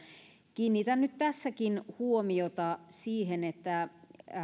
kiinnitän nyt tässäkin huomiota siihen että